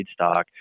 feedstock